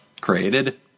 created